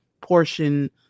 portion